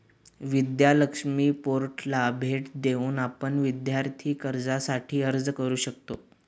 विद्या लक्ष्मी पोर्टलला भेट देऊन आपण विद्यार्थी कर्जासाठी अर्ज करू शकता